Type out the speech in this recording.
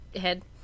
head